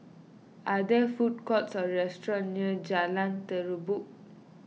are there food courts or restaurants near Jalan Terubok